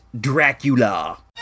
Dracula